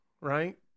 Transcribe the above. right